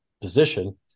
position